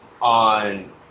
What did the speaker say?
on